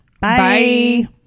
Bye